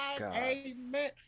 amen